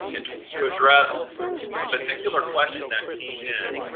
and to address a particular question that came in